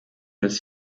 des